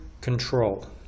control